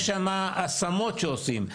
יש שם השמות שעושים.